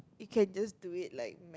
you can just do it like